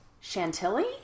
Chantilly